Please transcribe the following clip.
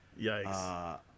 Yikes